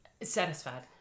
Satisfied